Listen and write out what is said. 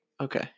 Okay